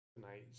tonight